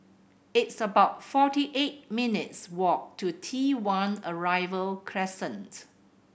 it's about forty eight minutes' walk to T One Arrival Crescent